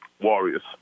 Warriors